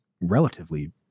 relatively